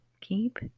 Keep